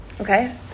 Okay